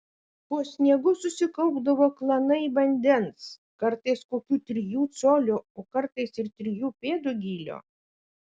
po sniegu susikaupdavo klanai vandens kartais kokių trijų colių o kartais ir trijų pėdų gylio